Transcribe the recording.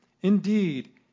Indeed